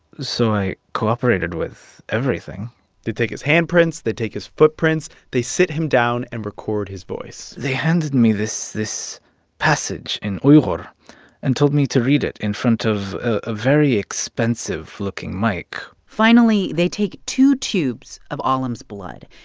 so i cooperated with everything they take his handprints. they take his footprints. they sit him down and record his voice they handed me this this passage in uighur and told me to read it in front of a very expensive-looking mic finally, they take two tubes of alim's blood,